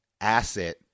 asset